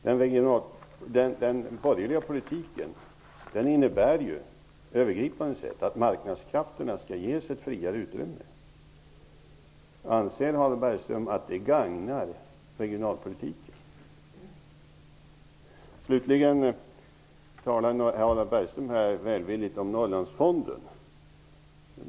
Den borgerliga politiken innebär på ett övergripande sätt att marknadskrafterna skall ges ett friare utrymme. Anser Harald Bergström att det gagnar regionalpolitiken? Bergström välvilligt om Norrlandsfonden.